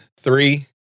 three